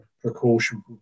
precaution